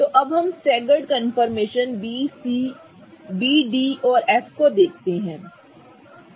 तो अब हम स्टेगर्ड कंफर्मेशनस B D और F को देखते हैं